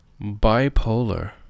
Bipolar